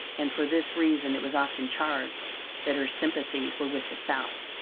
and for this reason it was often charged that her sympathies were with the south.